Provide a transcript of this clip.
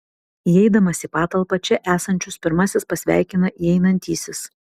įeidamas į patalpą čia esančius pirmasis pasveikina įeinantysis